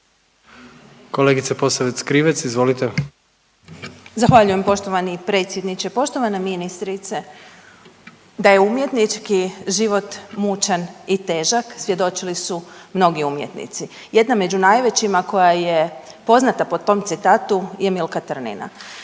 izvolite. **Posavec Krivec, Ivana (Nezavisni)** Zahvaljujem poštovani predsjedniče. Poštovana ministrice, da je umjetnički život mučan i težak svjedočili su mnogi umjetnici. Jedna među najvećima koja je poznata po tom citatu je Milka Trnina